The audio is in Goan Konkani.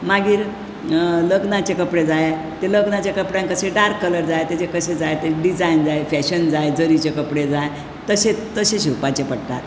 मागीर लग्नाचे कपडे जाय ते लग्नाच्या कपडयाक कशें डार्क कलर जाय तेजे तशे डिजायन जाय फॅशन जाय जरीचे कपडे जाय तशेंच तशें शिंवपाचे पडटा